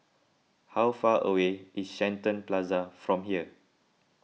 how far away is Shenton Plaza from here